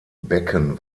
becken